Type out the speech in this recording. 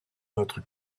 notre